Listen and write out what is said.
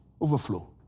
overflow